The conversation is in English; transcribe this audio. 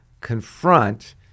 confront